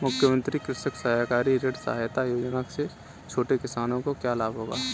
मुख्यमंत्री कृषक सहकारी ऋण सहायता योजना से छोटे किसानों को क्या लाभ होगा?